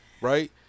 right